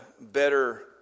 better